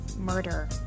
Murder